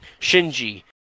Shinji